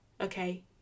okay